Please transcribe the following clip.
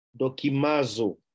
dokimazo